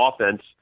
offense